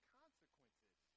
consequences